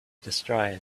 destroyed